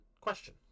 question